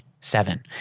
Seven